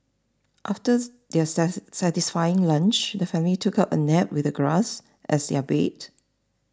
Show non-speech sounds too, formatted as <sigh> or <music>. after their <unintelligible> satisfying lunch the family took a nap with the grass as their bed